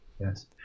Yes